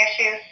issues